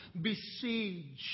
besieged